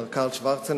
מר קרל שוורצנברג,